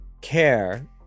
care